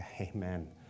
Amen